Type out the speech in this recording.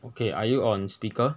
okay are you on speaker